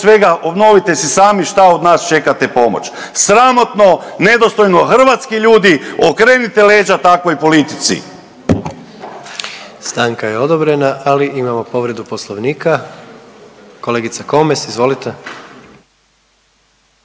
svega obnovite si sami šta od nas čekate pomoć. Sramotno, nedostojno. Hrvatski ljudi okrenite leđa takvoj politici. **Jandroković, Gordan (HDZ)** Stanka je odobrena, ali imamo povredu Poslovnika. Kolegica Komes, izvolite.